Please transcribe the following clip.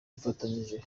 yifatanyije